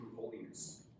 holiness